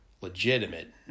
legitimate